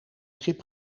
schip